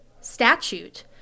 statute